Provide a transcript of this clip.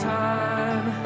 time